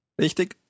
Richtig